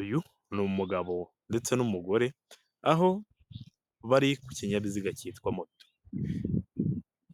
uyu ni umugabo ndetse n'umugore aho bari ku kinyabiziga cyitwa moto.